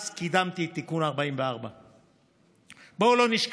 אז קידמתי את תיקון 44. בואו לא נשכח: